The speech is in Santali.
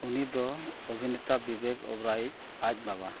ᱩᱱᱤ ᱫᱚ ᱚᱵᱷᱤᱱᱮᱛᱟ ᱵᱤᱵᱮᱠ ᱳᱵᱮᱨᱚᱭᱤᱡ ᱟᱡ ᱵᱟᱵᱟ